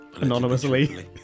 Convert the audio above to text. Anonymously